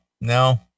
no